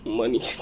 money